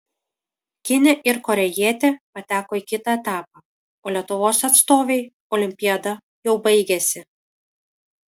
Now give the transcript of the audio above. kinė ir korėjietė pateko į kitą etapą o lietuvos atstovei olimpiada jau baigėsi